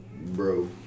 Bro